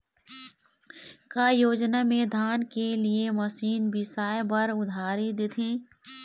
का योजना मे धान के लिए मशीन बिसाए बर उधारी देथे?